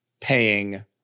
paying